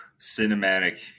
cinematic